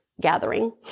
gathering